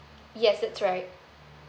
yes that's right